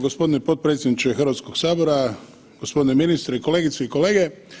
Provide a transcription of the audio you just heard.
Gospodine potpredsjedniče Hrvatskog sabora, gospodine ministre, kolegice i kolege.